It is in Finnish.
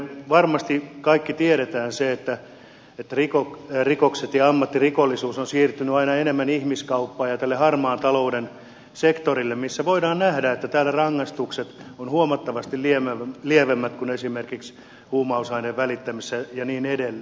me varmasti kaikki tiedämme sen että rikokset ja ammattirikollisuus ovat siirtyneet aina enemmän ihmiskauppaan ja tälle harmaan talouden sektorille missä voidaan nähdä että rangaistukset ovat huomattavasti lievemmät kuin esimerkiksi huumausaineen välittämisessä ja niin edelleen